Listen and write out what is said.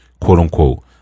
quote-unquote